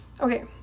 Okay